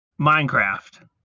Minecraft